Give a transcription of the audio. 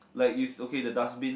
like is okay the dustbin